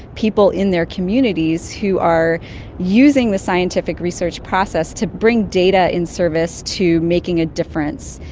people in their communities who are using the scientific research process to bring data in service to making a difference.